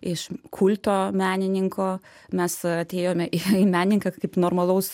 iš kulto menininko mes atėjome į menininką kaip normalaus